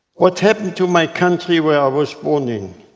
what happened to my country where i was born in,